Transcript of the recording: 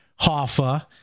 Hoffa